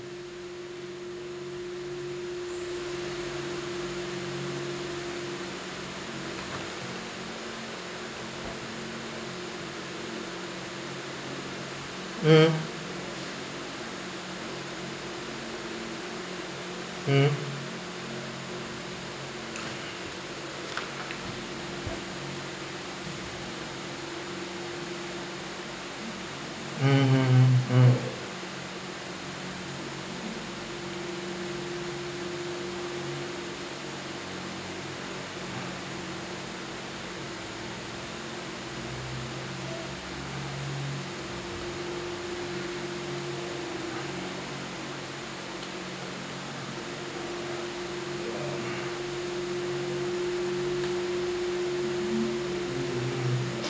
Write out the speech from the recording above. mm mm mmhmm mm